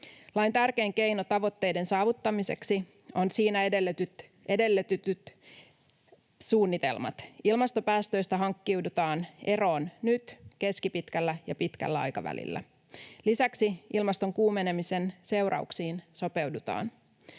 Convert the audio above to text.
Lain tärkein keino tavoitteiden saavuttamiseksi ovat siinä edellytetyt suunnitelmat: Ilmastopäästöistä hankkiudutaan eroon nyt, keskipitkällä ja pitkällä aikavälillä. Lisäksi ilmaston kuumenemisen seurauksiin sopeudutaan.